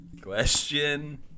Question